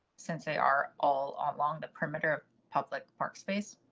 since they are all along the perimeter public park space.